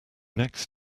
next